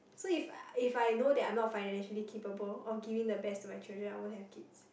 so if if I know I'm not financially capable of giving the best to my children I won't have kids